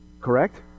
correct